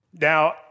Now